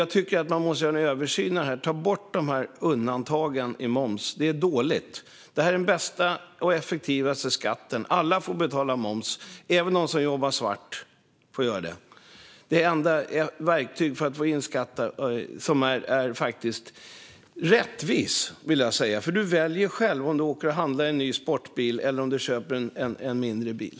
Jag tycker att man måste göra en översyn av det här och ta bort undantagen när det gäller moms, för det är dåligt. Moms är den bästa och effektivaste skatten. Alla får betala moms, även de som jobbar svart. Det är det enda verktyget för att få in skatt som är rättvist, för man väljer själv om man vill åka och handla en ny sportbil eller köpa en mindre bil.